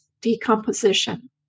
decomposition